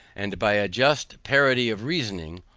and by a just parity of reasoning,